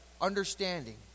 understanding